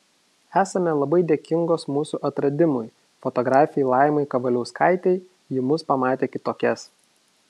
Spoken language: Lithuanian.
esame labai dėkingos mūsų atradimui fotografei laimai kavaliauskaitei ji mus pamatė kitokias